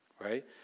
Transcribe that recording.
Right